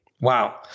Wow